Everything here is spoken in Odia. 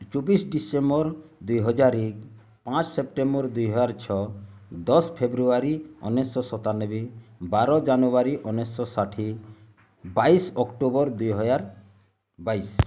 ଚବିଶ ଡିସେମ୍ବର ଦୁଇ ହଜାର ଏକ ପାଞ୍ଚ ସେପ୍ଟେମ୍ବର ଦୁଇ ହଜାର ଛଅ ଦଶ ଫେବ୍ରୁଆରୀ ଉଣେଇଶଶହ ସତାନବେ ବାର ଜାନୁୟାରୀ ଉଣେଇଶଶହ ଷାଠିଏ ବାଇଶ ଅକ୍ଟୋବର ଦୁଇ ହଜାର ବାଇଶ